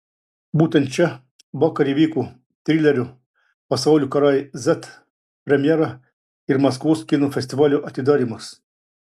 būtent čia vakar įvyko trilerio pasaulių karai z premjera ir maskvos kino festivalio atidarymas